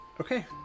Okay